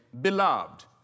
beloved